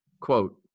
quote